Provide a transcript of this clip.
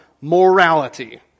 morality